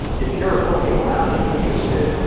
if you're poking around uninterested,